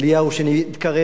ואני לא רוצה לקרוא לו רב.